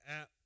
app